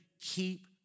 Keep